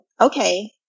okay